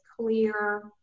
clear